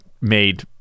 made